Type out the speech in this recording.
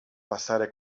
passare